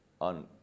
on